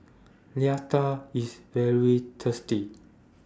Raita IS very tasty